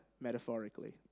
metaphorically